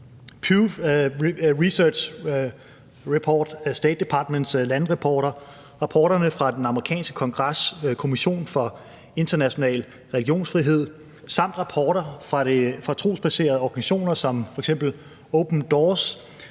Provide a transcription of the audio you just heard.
Pew Research' rapporter, State Departments landerapporter, rapporterne fra den amerikanske Kongres' kommission for international religionsfrihed samt rapporter fra trosbaserede organisationer som f.eks. Open Doors,